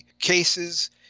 cases